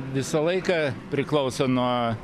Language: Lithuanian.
visą laiką priklauso nuo